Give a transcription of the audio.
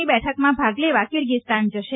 ની બેઠકમાં ભાગ લેવા કિર્ગીઝસ્તાન જશે